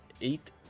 eight